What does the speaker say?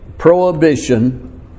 prohibition